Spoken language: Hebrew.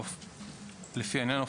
"לפי העניין,